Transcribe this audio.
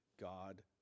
God